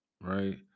right